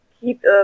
keep